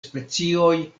specioj